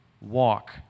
Walk